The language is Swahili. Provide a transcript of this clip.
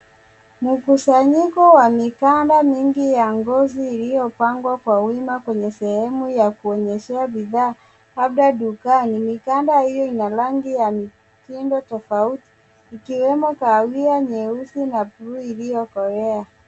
Mkusanyiko wa mikanda mingi ya ngozi iliyopangwa kwa wima kwenye sehemu ya kuonyeshea bidhaa hapa dukani. Mikanda hiyo ina rangi na mitindo tofauti ikiwemo kahawia, nyeusi na buluu iliyokolea.